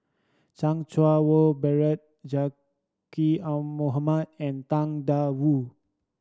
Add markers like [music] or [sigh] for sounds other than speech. Chan [unintelligible] Wah Bernard Zaqy [unintelligible] Mohamad and Tang Da Wu